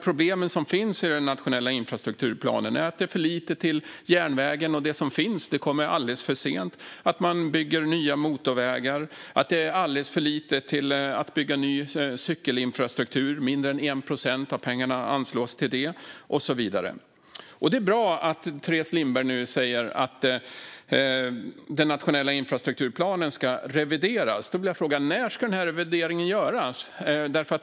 Problem som finns i den nationella infrastrukturplanen är att det ges för lite till järnvägen, och det som finns kommer alldeles för sent, att det byggs nya motorvägar, att det ges alldeles för lite till att bygga ny cykelinfrastruktur, mindre än 1 procent av pengarna anslås till det, och så vidare. Det är bra att Teres Lindberg säger att den nationella infrastrukturplanen ska revideras. När ska revideringen göras?